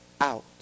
out